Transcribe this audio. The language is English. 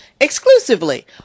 exclusively